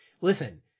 listen